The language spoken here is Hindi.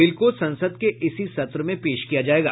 बिल को संसद के इसी सत्र में पेश किया जायेगा